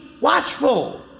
watchful